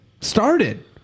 Started